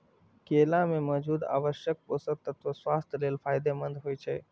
केला मे मौजूद आवश्यक पोषक तत्व स्वास्थ्य लेल फायदेमंद होइ छै